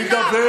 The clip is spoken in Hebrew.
להידבר